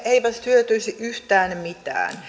eivät hyötyisi yhtään mitään